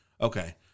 Okay